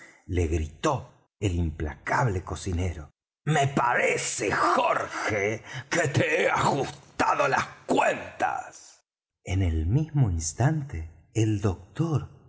le gritó el implacable cocinero me parece jorge que te he ajustado las cuentas en el mismo instante el doctor